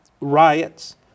riots